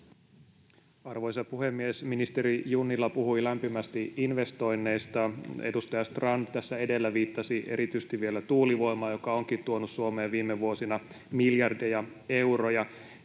Arvoisa puhemies! Ministeri Junnila puhui lämpimästi investoinneista. Edustaja Strand tässä edellä viittasi erityisesti vielä tuulivoimaan, joka onkin tuonut Suomeen viime vuosina miljardeja euroja.